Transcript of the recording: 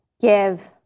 give